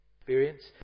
experience